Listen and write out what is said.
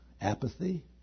apathy